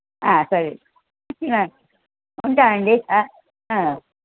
సరే ఉంటానండి